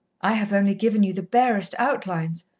i have only given you the barest outlines,